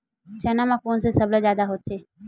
चना म कोन से सबले जादा होथे?